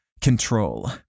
Control